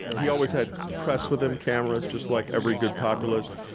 he always had press with him, cameras, just like every good populist.